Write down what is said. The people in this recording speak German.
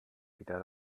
wieder